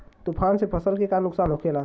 तूफान से फसल के का नुकसान हो खेला?